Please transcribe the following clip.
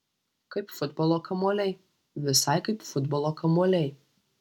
kaip futbolo kamuoliai visai kaip futbolo kamuoliai